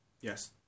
Yes